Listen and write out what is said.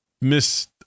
missed